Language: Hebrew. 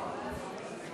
בבקשה.